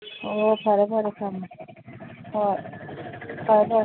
ꯑꯣ ꯐꯔꯦ ꯐꯔꯦ ꯊꯝꯃꯨ ꯍꯣꯏ ꯐꯔꯦ ꯐꯔꯦ